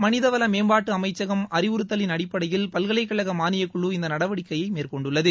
மனிதவள மேம்பாட்டு அமைச்சகம் அறிவுறுத்தலின் அடிப்படையில் பல்கலைக்கழக மாளியக்குழு இந்த நடவடிக்கையை மேற்கொண்டுள்ளது